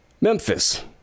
memphis